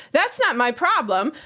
that's not my problem.